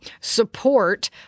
support